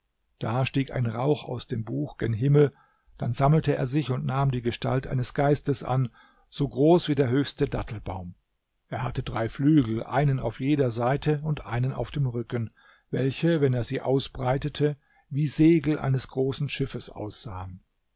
da stieg ein rauch aus dem buch gen himmel dann sammelte er sich und nahm die gestalt eines geistes an so groß wie der höchste dattelbaum er hatte drei flügel einen auf jeder seite und einen auf dem rücken welche wenn er sie ausbreitete wie segel eines großen schiffes aussahen